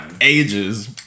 Ages